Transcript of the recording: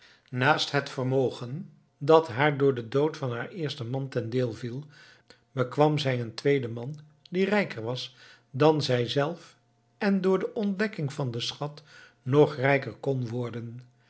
naast het vermogen dat haar door den dood van haar eersten man ten deel viel bekwam zij een tweeden man die rijker was dan zij zelf en door de ontdekking van den schat ng rijker kon worden